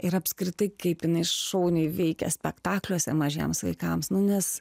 ir apskritai kaip jinai šauniai veikia spektakliuose mažiems vaikams nes